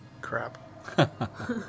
Crap